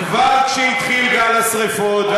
כבר כשהתחיל גל השרפות,